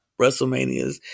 WrestleManias